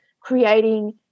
creating